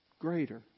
greater